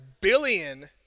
billion